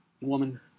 woman